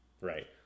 right